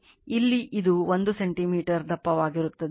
ಇಲ್ಲಿ ಇದು 1 ಸೆಂಟಿಮೀಟರ್ ದಪ್ಪವಾಗಿರುತ್ತದೆ